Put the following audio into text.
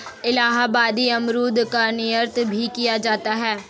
इलाहाबादी अमरूद का निर्यात भी किया जाता है